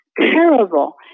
terrible